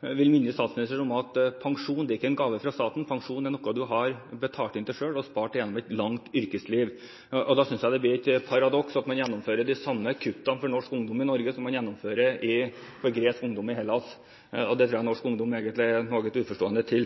vil minne statsministeren om at pensjon ikke er en gave fra staten, pensjon er noe man har betalt inn til selv og spart gjennom et langt yrkesliv. Da synes jeg det blir et paradoks at man gjennomfører de samme kuttene for norsk ungdom i Norge som man gjennomfører for gresk ungdom i Hellas. Det tror jeg norsk ungdom egentlig er noe uforstående til.